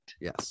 Yes